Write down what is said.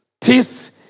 teeth